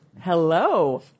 Hello